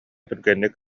түргэнник